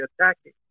attacking